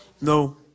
No